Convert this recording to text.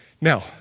Now